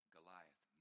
Goliath